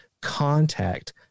contact